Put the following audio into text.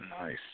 Nice